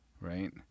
right